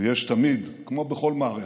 ויש תמיד, כמו בכל מערכת,